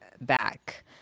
back